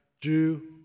Jew